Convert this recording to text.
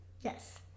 Yes